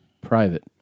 private